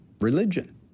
religion